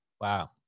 wow